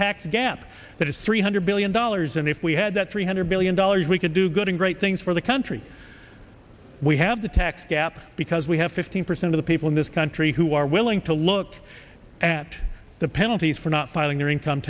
tax gap that is three hundred billion dollars and if we had that three hundred billion dollars we could do good and great things for the country we have the tax gap because we have fifteen percent of the people in this country who are willing to look at the penalties for not filing their income